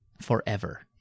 forever